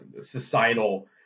societal